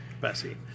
Bessie